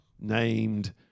Named